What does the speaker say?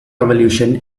revolution